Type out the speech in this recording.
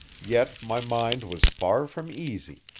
yet my mind was far from easy.